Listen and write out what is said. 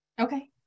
Okay